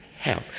Help